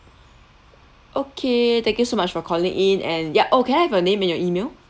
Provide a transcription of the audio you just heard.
okay thank you so much for calling in and yup oh can I have your name and your email